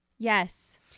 Yes